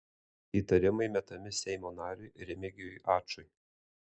įtarimai metami seimo nariui remigijui ačui